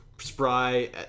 Spry